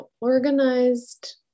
organized